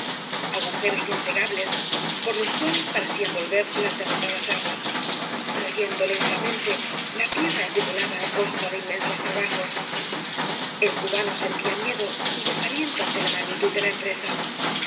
agujeros incegables por los cuales parecían volverlas derrotadas aguae royendo lentamente la tierra acumula da á costa de inmensos trabajos ei cubano sentía miedo y desaliento ante la magnitud de la